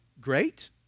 great